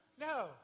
No